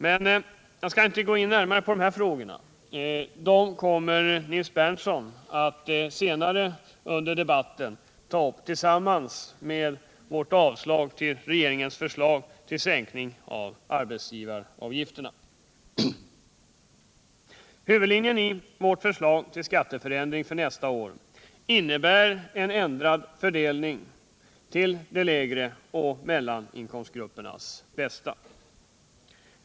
Men jag skall inte gå närmare in på dessa frågor — dem kommer Nils Berndtson att ta upp senare under debatten tillsammans med vårt avslagsyrkande på regeringens förslag till sänkning av arbetsgivaravgifterna. Huvudlinjen i vårt förslag till skatteförändring för nästa år är en ändrad fördelning till lågoch mellaninkomstgruppernas bästa.